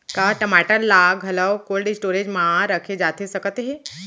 का टमाटर ला घलव कोल्ड स्टोरेज मा रखे जाथे सकत हे?